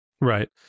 Right